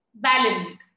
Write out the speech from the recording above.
balanced